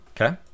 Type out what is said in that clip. Okay